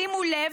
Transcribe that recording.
שימו לב,